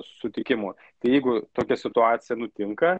sutikimo jeigu tokia situacija nutinka